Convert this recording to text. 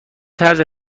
طرز